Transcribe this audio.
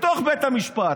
בתוך בית המשפט,